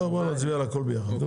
נצביע על הכול ביחד.